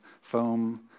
foam